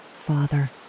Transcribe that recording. father